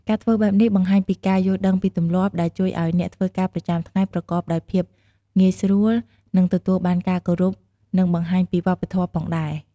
ការធ្វើបែបនេះបង្ហាញពីការយល់ដឹងពីទម្លាប់ ដែលជួយឱ្យអ្នកធ្វើការប្រចាំថ្ងៃប្រកបដោយភាពងាយស្រួល និងទទួលបានការគោរព និងបង្ហាញពីវប្បធម៌ផងដែរ។